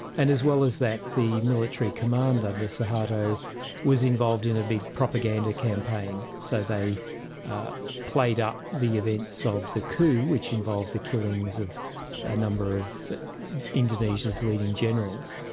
and as well as that, the military command under suharto was involved in a big propaganda campaign, so they played up the events of the coup, which involved the killings of a number of indonesia's leading generals,